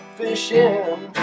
fishing